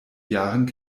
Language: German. jahren